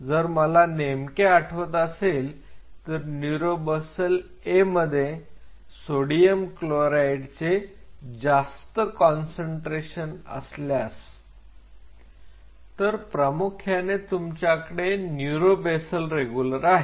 जर मला नेमके आठवत असेल तर न्यूरोबेसल A मध्ये सोडियम क्लोराईडचे जास्त कॉन्सन्ट्रेशन असल्यास तर प्रामुख्याने तुमच्याकडे न्यूरोबेसल रेगुलर आहे